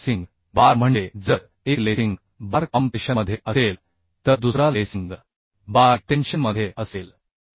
आता lacing bar म्हणजे जर एक लेसिंग बार कॉम्प्रेशनमध्ये असेल तर दुसरा लेसिंग बार टेन्शनमध्ये असेल